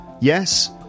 Yes